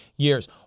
Years